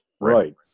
Right